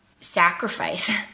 sacrifice